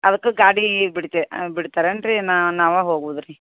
ಅದ್ಕ ಗಾಡಿ ಬಿಡ್ತೆ ಬಿಡ್ತಾರೇನು ರೀ ನಾವ ಹೋಗುದು ರೀ